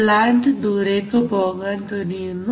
plant ദൂരേക്ക് പോകാൻ തുനിയുന്നു